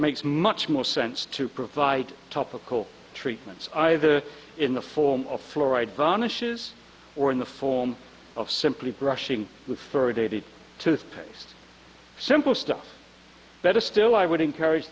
makes much more sense to provide topical treatments either in the form of fluoride vanishes or in the form of simply brushing for david to paste simple stuff better still i would encourage